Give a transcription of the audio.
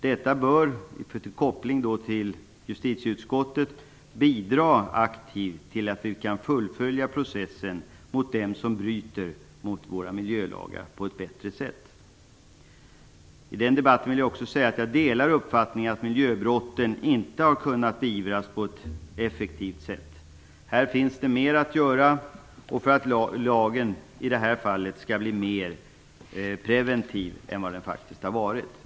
Detta bör, med koppling till justitieutskottet, bidra aktivt till att vi på ett bättre sätt kan fullfölja processen mot dem som bryter mot våra miljölagar. I den debatten vill jag också säga att jag delar uppfattningen att miljöbrotten inte har kunnat beivras på ett effektivt sätt. Här finns det mer att göra för att lagen i det här fallet skall bli mer preventiv än vad den har varit.